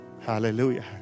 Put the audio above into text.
Hallelujah